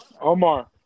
Omar